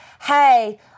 hey